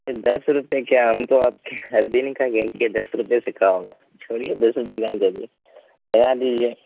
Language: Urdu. دس روپئے کیا ہم تو آپ کے ہر دن دس روپے سے کا ہوگا چھوریے دس روپے کم کر دیجیے لگا دیجیے